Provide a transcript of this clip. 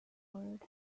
word